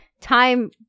time